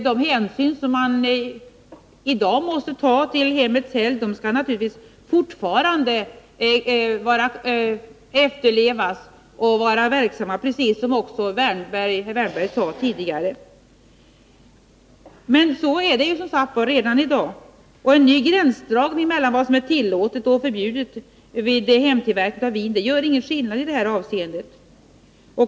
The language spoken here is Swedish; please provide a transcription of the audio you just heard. De hänsyn man i dag måste ta till hemmets helgd skall man naturligtvis ta även i fortsättningen — det sade också herr Wärnberg tidigare. En ny gränsdragning mellan vad som är tillåtet och vad som är förbjudet vid hemtillverkning av vin gör ingen skillnad i det avseendet.